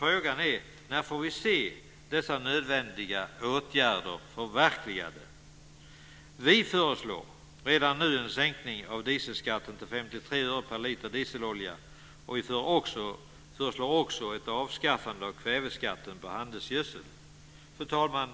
Frågan är: När får vi se dessa nödvändiga åtgärder förverkligade? Fru talman!